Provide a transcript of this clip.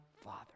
Father